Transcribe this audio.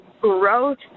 growth